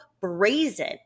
brazen